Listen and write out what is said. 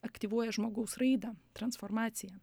aktyvuoja žmogaus raidą transformaciją